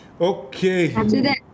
okay